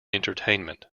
entertainment